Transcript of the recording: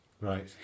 Right